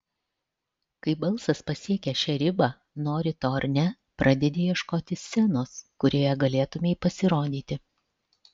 kai balsas pasiekia šią ribą nori to ar ne pradedi ieškoti scenos kurioje galėtumei pasirodyti